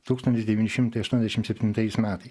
tūkstantis devyni šimtai aštuoniasdešim septintais metai